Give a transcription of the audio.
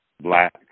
black